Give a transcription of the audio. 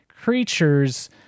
creatures